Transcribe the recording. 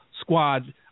squad